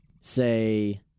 say